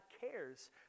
cares